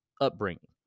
upbringing